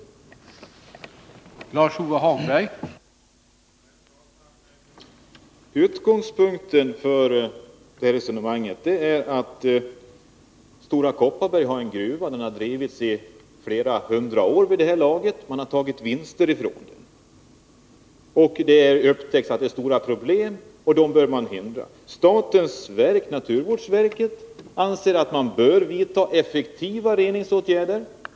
Tisdagen den